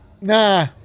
Nah